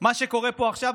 מה שקורה פה עכשיו,